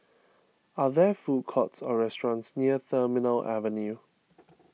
are there food courts or restaurants near Terminal Avenue